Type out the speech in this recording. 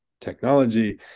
technology